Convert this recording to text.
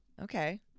Okay